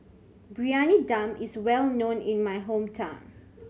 Briyani Dum is well known in my hometown